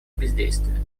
бездействия